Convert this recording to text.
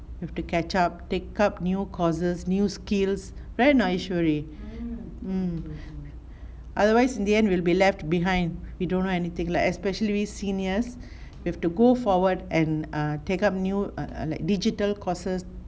we have to catch up take up new courses new skills right a not Eeswari otherwise in the end we will be left behind we don't know anything like especially seniors we have to go forward and err take up new err like digital courses